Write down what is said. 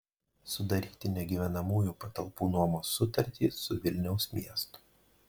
sudaryti negyvenamųjų patalpų nuomos sutartį su vilniaus miestu